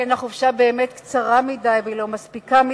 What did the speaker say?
שכן החופשה באמת קצרה מדי ולא מספיקה,